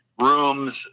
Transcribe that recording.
rooms